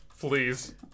Please